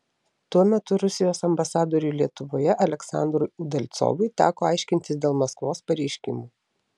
tuo metu rusijos ambasadoriui lietuvoje aleksandrui udalcovui teko aiškintis dėl maskvos pareiškimų